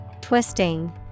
Twisting